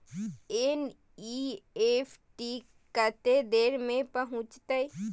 NEFT कत्ते देर में पहुंचतै?